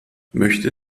möchte